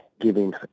giving